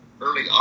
Early